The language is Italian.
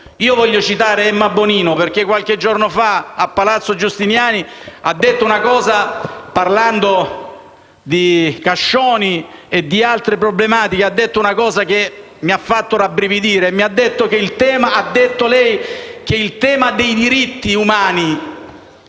io voglio citare Emma Bonino, perché qualche giorno fa, a palazzo Giustiniani, parlando di Luca Coscioni e di altre problematiche, ha detto una cosa che mi ha fatto rabbrividire: il tema dei diritti umani